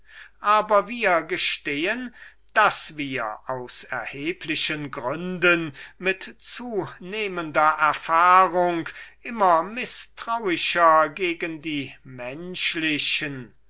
aber wir gestehen daß wir aus erheblichen gründen mit zunehmender erfahrung immer mißtrauischer gegen die